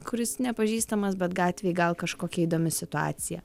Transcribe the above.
kuris nepažįstamas bet gatvėj gal kažkokia įdomi situacija